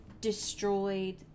destroyed